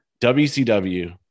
WCW